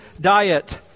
diet